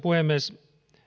puhemies olen aina